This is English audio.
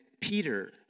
Peter